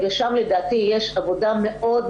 אבל לדעת את העמדה.